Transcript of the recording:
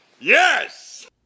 Yes